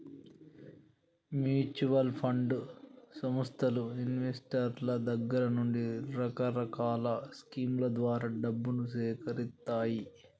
mutual fund సంస్థలు ఇన్వెస్టర్ల దగ్గర నుండి రకరకాల స్కీముల ద్వారా డబ్బును సేకరిత్తాయి